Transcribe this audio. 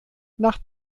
nach